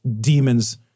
demons